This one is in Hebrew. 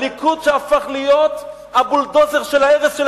הליכוד שהפך להיות הבולדוזר של ההרס של